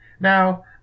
Now